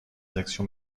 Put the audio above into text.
actions